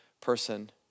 person